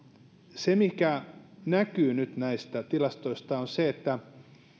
se mikä näkyy nyt näistä tilastoista on se että